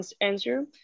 answer